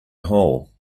hole